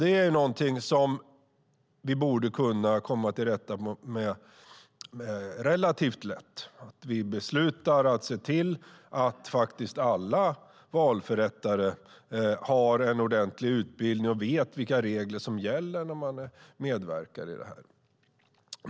Det är någonting som vi borde kunna komma till rätta med relativt lätt. Vi borde besluta att se till att alla valförrättare har en ordentlig utbildning och vet vilka regler som gäller när man medverkar i detta.